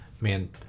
Man